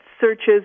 searches